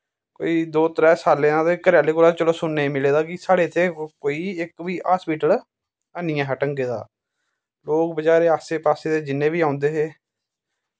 कोई दो त्रै साल्लें दा ते घरैं आह्लें कोला चलो सुनने मिले दा कि साढ़े इत्थे कोई इक्क बी हस्पिटल नी ऐहा ढंग्गे दा लोग बचारे आस्से पास्से दा जिन्ने बी औंदे हे